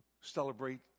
celebrate